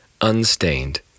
unstained